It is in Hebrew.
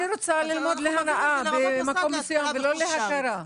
רוצה ללמוד להנאה במקום מסוים ולא להכרה?